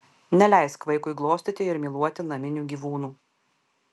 neleisk vaikui glostyti ir myluoti naminių gyvūnų